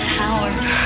powers